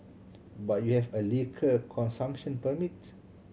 but you have a liquor consumption permit